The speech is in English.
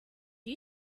you